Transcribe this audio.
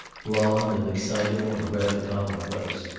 blonde and excitable and rather commonplace.